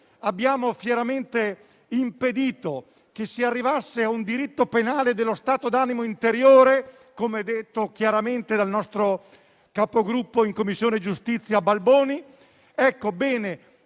abbiamo fieramente impedito che si arrivasse a un diritto penale dello stato d'animo interiore, come detto chiaramente dal nostro capogruppo in Commissione giustizia Balboni,